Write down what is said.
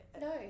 no